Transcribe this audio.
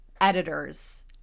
editors